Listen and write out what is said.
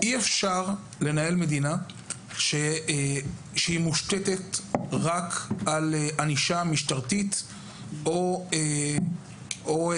אי אפשר לנהל מדינה שמושתת רק על ענישה משטרית או הרתעה.